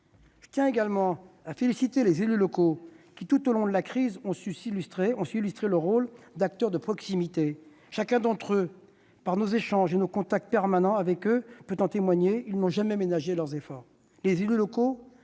Je tiens également à féliciter les élus locaux qui, tout au long de la crise, ont su illustrer leur rôle d'acteurs de proximité. Chacun d'entre nous, par nos échanges et nos contacts permanents avec eux, peut en témoigner : ils n'ont jamais ménagé leurs efforts.